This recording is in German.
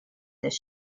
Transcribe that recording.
des